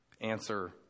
Answer